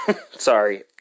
Sorry